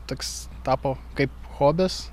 toks tapo kaip hobis